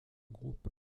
groupes